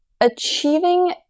achieving